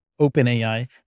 OpenAI